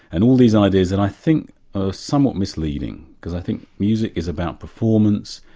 and all these ideas that i think are somewhat misleading, because i think music is about performance,